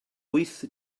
wyth